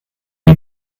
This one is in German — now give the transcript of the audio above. die